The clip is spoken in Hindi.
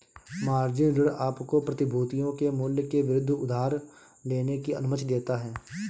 मार्जिन ऋण आपको प्रतिभूतियों के मूल्य के विरुद्ध उधार लेने की अनुमति देता है